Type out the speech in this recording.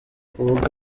ubwo